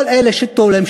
כל אלה שטוב להם,